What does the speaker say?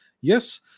Yes